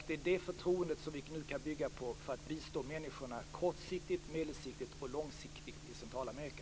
Det är det förtroendet som vi nu kan bygga på för att bistå människorna kortsiktigt, medelsiktigt och långsiktigt i Centralamerika.